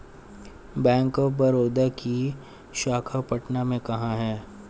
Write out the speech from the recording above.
Bank of Baroda की शाखा पटना में कहाँ है?